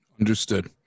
understood